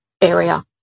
area